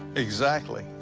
exactly.